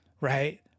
Right